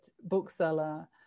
bookseller